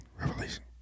Revelation